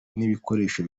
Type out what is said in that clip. n’ibikoresho